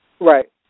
Right